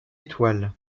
étoile